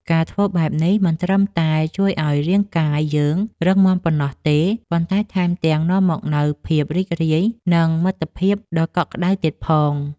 ការធ្វើបែបនេះ មិនត្រឹមតែជួយឱ្យរាងកាយយើងរឹងមាំប៉ុណ្ណោះទេ ប៉ុន្តែថែមទាំងនាំមកនូវភាពរីករាយ និងមិត្តភាពដ៏កក់ក្ដៅទៀតផង។